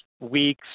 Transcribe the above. weeks